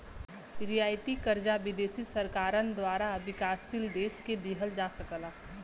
रियायती कर्जा विदेशी सरकारन द्वारा विकासशील देश के दिहल जा सकला